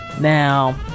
Now